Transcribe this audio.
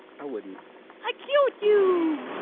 i wouldn't i killed you!